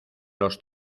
los